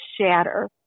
shatter